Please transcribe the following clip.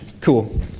Cool